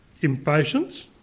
impatience